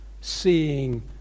seeing